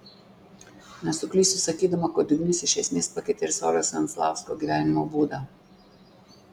nesuklysiu sakydama kad ugnis iš esmės pakeitė ir sauliaus venclausko gyvenimo būdą